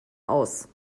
aus